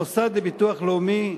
המוסד לביטוח לאומי,